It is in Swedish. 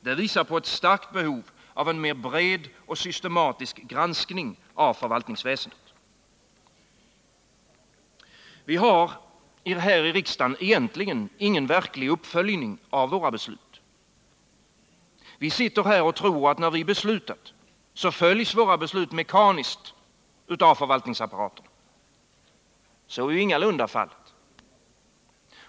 Det visar på ett starkt behov av mer bred och systematisk granskning av förvaltningsväsendet. Vi har här i riksdagen egentligen ingen verklig uppföljning av våra beslut. Vi sitter här och tror att när vi har beslutat så följs våra beslut mekaniskt av förvaltningsapparaterna. Så är ingalunda fallet.